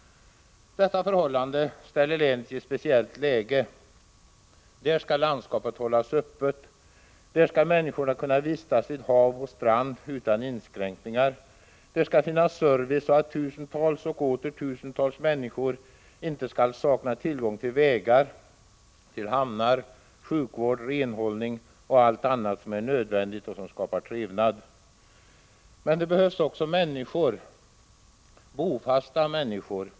Detta förhållande placerar länet i ett speciellt läge. Där skall landskapet hållas öppet. Där skall människorna kunna vistas vid hav och strand utan inskränkningar. Där skall finnas service så att tusentals och åter tusentals människor inte skall sakna tillgång till vägar, hamnar, sjukvård, renhållning och allt annat som är nödvändigt och som skapar trevnad. Men det behövs också människor — bofasta människor.